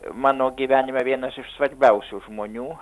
mano gyvenime vienas iš svarbiausių žmonių